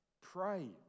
pray